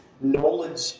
knowledge